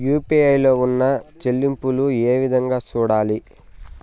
UPI లో ఉన్న చెల్లింపులు ఏ విధంగా సూడాలి